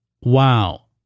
Wow